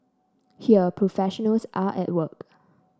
here professionals are at work